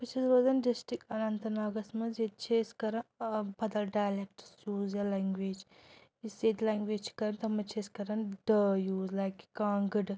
بہٕ چھَس روزان ڈِسٹِرٛک اننت ناگََس منٛز ییٚتہِ چھِ أسۍ کَران ٲں بدل ڈایلیٚکٹٕس یوٗز یا لینٛگویج یُس ییٚتہِ لینٛگویج چھِ کَران تَتھ منٛز چھِ أسۍ کَران ڑٲ یوٗز لایِک کہِ کانٛگٕڑ